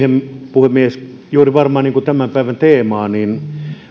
puhemies juuri varmaan tämän päivän teemaan liittyen